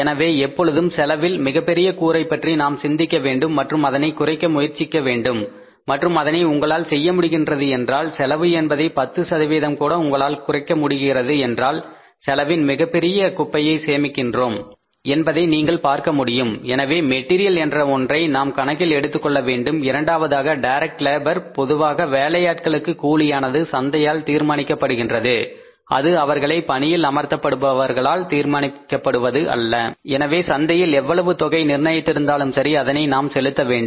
எனவே எப்பொழுதும் செலவில் மிகப்பெரிய கூரை பற்றி நாம் சிந்திக்க வேண்டும் மற்றும் அதனை குறைக்க முயற்சி செய்ய வேண்டும் மற்றும் அதனை உங்களால் செய்ய முடிகின்றது என்றால் செலவு என்பதை பத்து சதவீதம் கூட உங்களால் குறைக்க முடிகிறது என்றால் செலவின் மிகப்பெரிய குப்பையை சேமிக்கிறோம் என்பதை நீங்கள் பார்க்க முடியும் எனவே மெட்டீரியல் என்ற ஒன்றை நாம் கணக்கில் எடுத்துக் கொள்ள வேண்டும் இரண்டாவதாக டைரக்ட் லேபர் பொதுவாக வேலையாட்களுக்கு கூலியானது சந்தையால் தீர்மானிக்கப்படுகின்றது அது அவர்களை பணியில் அமர்த்தபவர்களால் தீர்மானிக்கப்படுவது அல்ல எனவே சந்தையில் எவ்வளவு தொகை நிர்ணயித்த்திருந்தாலும் சரி அதனை நாம் செலுத்த வேண்டும்